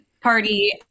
party